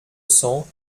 cents